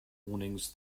warnings